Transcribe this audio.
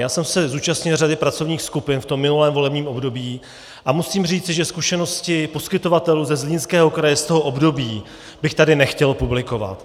Já jsem se zúčastnil řady pracovních skupin v minulém volebním období a musím říci, že zkušenosti poskytovatelů ze Zlínského kraje z toho období bych tady nechtěl publikovat.